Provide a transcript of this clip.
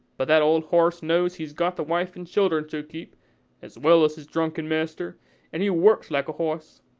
but that old horse knows he's got the wife and children to keep as well as his drunken master and he works like a horse.